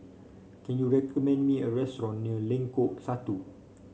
can you recommend me a restaurant near Lengkok Satu